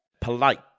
polite